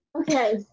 Okay